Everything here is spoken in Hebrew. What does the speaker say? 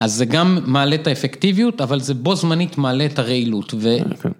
‫אז זה גם מעלה את האפקטיביות, ‫אבל זה בו זמנית מעלה את הרעילות ו...